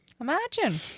Imagine